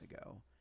ago